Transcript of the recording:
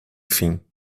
fim